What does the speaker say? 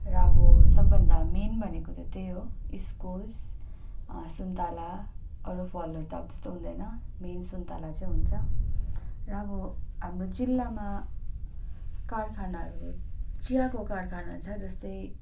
र अब सबभन्दा मेन भनेको त त्यही हो इस्कुस सुन्ताला अरू फलहरू त अब त्यस्तो हुँदैन मेन सुन्ताला चाहिँ हुन्छ र अब हाम्रो जिल्लामा कारखानाहरू चियाको कारखाना छ जस्तै